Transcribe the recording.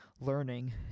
learning